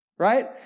right